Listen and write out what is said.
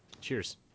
Cheers